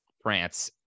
France